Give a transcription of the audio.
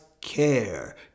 care